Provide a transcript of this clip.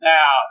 Now